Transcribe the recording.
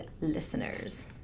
listeners